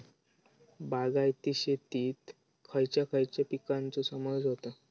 बागायती शेतात खयच्या खयच्या पिकांचो समावेश होता?